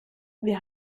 wir